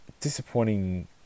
Disappointing